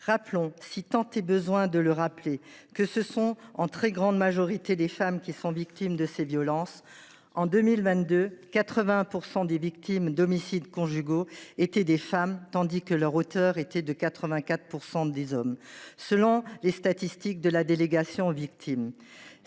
Rappelons, s’il en est besoin, que ce sont en très grande majorité les femmes qui sont victimes de ces violences. En 2022, 81 % des victimes d’homicides conjugaux étaient des femmes, tandis que leurs auteurs étaient pour 84 % d’entre eux des hommes, selon les statistiques de la délégation aux victimes